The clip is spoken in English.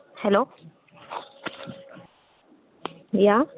hello ya